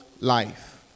life